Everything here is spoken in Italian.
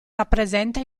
rappresenta